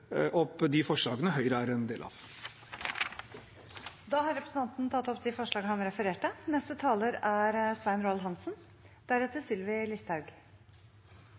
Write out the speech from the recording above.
opp de forslagene Høyre er en del av. Representanten Mudassar Kapur har tatt opp de forslagene han refererte